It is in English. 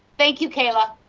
thank you, kayla.